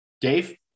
Dave